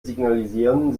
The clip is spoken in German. signalisieren